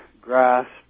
grasp